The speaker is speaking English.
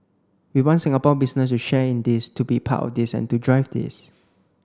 we want Singapore business to share in this to be part of this and to drive this